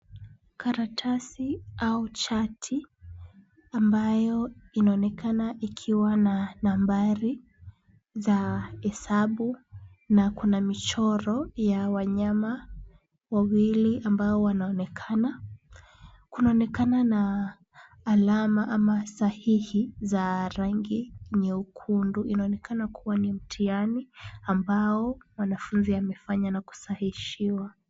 Karatasi au chati ambayo inaonekana ikiwa na nambari za hesabu na kuna michoro ya wanyama wawili ambao wanaonekana. Kunaonekana na alama ama sahihi za rangi nyekundu. Inaonekana kuwa ni mtihani ambao mwanafunzi amefanya na kusahishiwa.